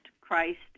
Christ